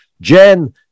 Jen